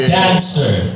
dancer